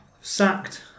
sacked